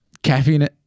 Caffeine